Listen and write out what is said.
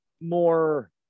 more